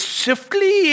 swiftly